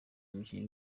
umukinnyi